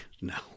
No